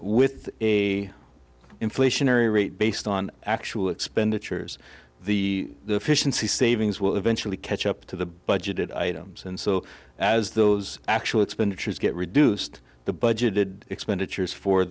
with a inflationary rate based on actual expenditures the deficiencies savings will eventually catch up to the budgeted items and so as those actual expenditures get reduced the budgeted expenditures for